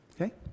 Okay